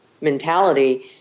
mentality